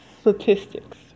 statistics